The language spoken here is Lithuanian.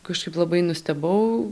kažkaip labai nustebau